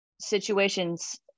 situations